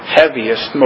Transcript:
heaviest